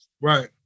Right